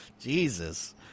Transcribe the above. Jesus